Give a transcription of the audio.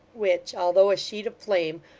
which, although a sheet of flame,